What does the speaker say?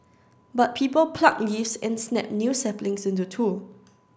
but people pluck leaves and snap new saplings into two